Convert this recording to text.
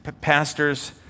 pastors